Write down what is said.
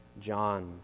John